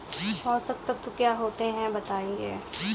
पोषक तत्व क्या होते हैं बताएँ?